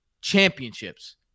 championships